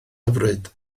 hyfryd